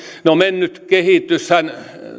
no mennyt kehityshän